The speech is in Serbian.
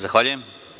Zahvaljujem.